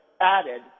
added